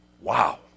Wow